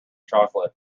chocolate